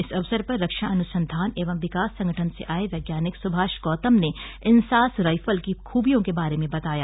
इस अवसर पर रक्षा अनुसंधान एवं विकास संगठन से आये वैज्ञानिक सुभाष गौतम ने इंसास राइफल की खूबियों के बारे में बताया